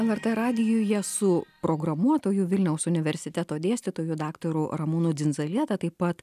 lrt radijuje su programuotoju vilniaus universiteto dėstytoju daktaru ramūnu dzindzalieta taip pat